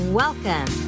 welcome